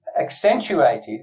accentuated